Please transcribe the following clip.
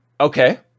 Okay